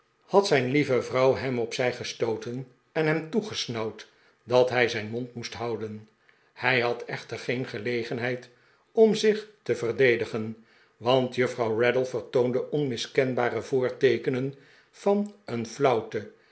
had zijn lieve vrouw hem op zij gestooten en hem toegesnauwd dat hij zijn mond moest houden hij had echter geen gelegenheid om zich te verdedigen want juffrouw raddle vertoonde onmiskenbare voorteekenen van een